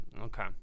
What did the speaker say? Okay